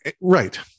right